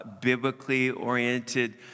biblically-oriented